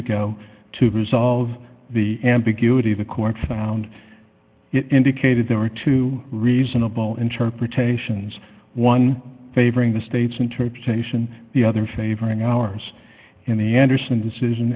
ago to resolve the ambiguity the court found it indicated there are two reasonable interpretations one favoring the state's interpretation the other favoring ours in the andersen decision